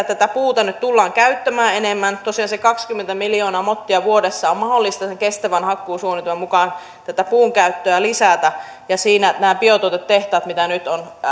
tätä puuta nyt tullaan käyttämään enemmän tosiaan se kaksikymmentä miljoonaa mottia vuodessa on mahdollista sen kestävän hakkuusuunnitelman mukaan tätä puunkäyttöä lisätä ja siinä tulevat nämä biotuotetehtaat mitä nyt on